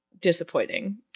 disappointing